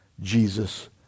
Jesus